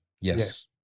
Yes